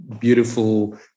beautiful